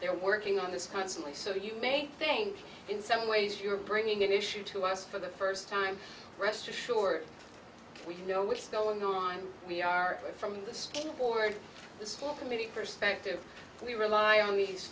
they're working on this constantly so you may think in some ways you're bringing an issue to us for the first time rest assured we know what's going on we are from the skateboard the school committee perspective we rely on these